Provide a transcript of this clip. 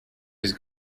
his